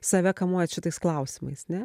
save kamuojat šitais klausimais ne